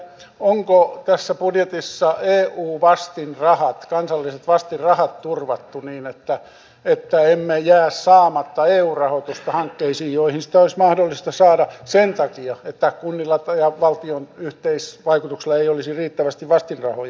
onko tässä budjetissa kansalliset eu vastinrahat turvattu niin että meiltä ei jää saamatta eu rahoitusta hankkeisiin joihin sitä olisi mahdollista saada sen takia että kuntien ja valtion yhteisvaikutuksella ei olisi riittävästi vastinrahoja